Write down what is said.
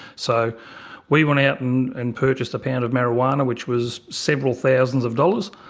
so we went out and and purchased a pound of marijuana, which was several thousands of dollars,